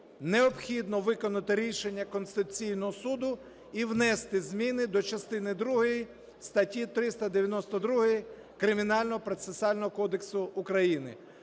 необхідно виконати рішення Конституційного Суду і внести зміни до частини другої статті 392 Кримінально-процесуального кодексу України.